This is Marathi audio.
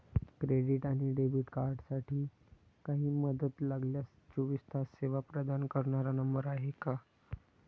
क्रेडिट आणि डेबिट कार्डसाठी काही मदत लागल्यास चोवीस तास सेवा प्रदान करणारा नंबर आहे का?